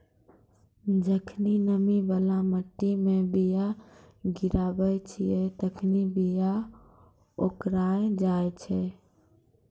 जखनि नमी बाला मट्टी मे बीया गिराबै छिये तखनि बीया ओकराय जाय छै